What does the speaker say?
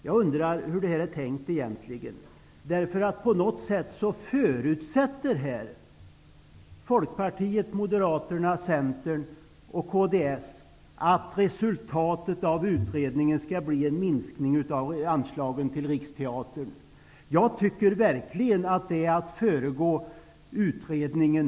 Jag undrar hur man egentligen har tänkt, därför att på något sätt förutsätter här Folkpartiet, Moderaterna, Centern och kds att resultatet av utredningen skall bli en minskning av anslagen till Riksteatern. Jag tycker verkligen att det är att föregå utredningen.